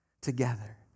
together